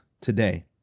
today